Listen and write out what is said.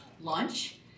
lunch